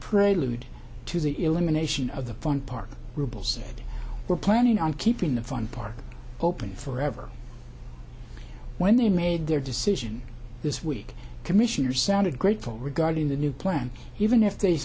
prelude to the elimination of the fun park roubles we're planning on keeping the fun park open forever when they made their decision this week commissioner sounded grateful regarding the new plan even if they